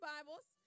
Bibles